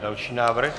Další návrh.